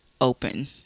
open